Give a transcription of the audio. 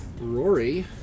Rory